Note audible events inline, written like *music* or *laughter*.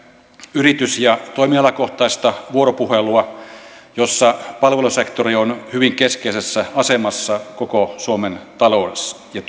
yritys ja toimialakohtaista vuoropuhelua jossa palvelusektori on hyvin keskeisessä asemassa koko suomen taloudessa ja *unintelligible*